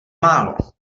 málo